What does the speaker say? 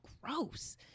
gross